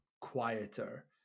quieter